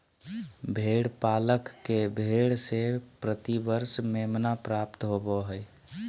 भेड़ पालक के भेड़ से प्रति वर्ष मेमना प्राप्त होबो हइ